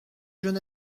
jeune